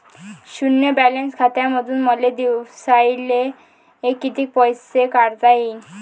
शुन्य बॅलन्स खात्यामंधून मले दिवसाले कितीक पैसे काढता येईन?